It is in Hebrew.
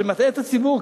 שמטעה את הציבור,